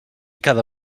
cada